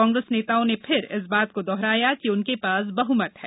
कांग्रेस नेताओं ने फिर इस बात को दोहराया कि उनके पास बहमत है